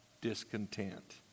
discontent